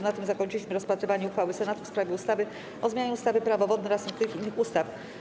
Na tym zakończyliśmy rozpatrywanie uchwały Senatu w sprawie ustawy o zmianie ustawy - Prawo wodne oraz niektórych innych ustaw.